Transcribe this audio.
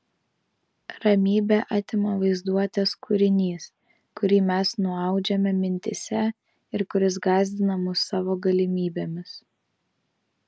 ramybę atima vaizduotės kūrinys kurį mes nuaudžiame mintyse ir kuris gąsdina mus savo galimybėmis